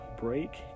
break